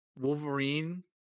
Wolverine